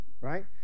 right